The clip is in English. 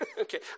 Okay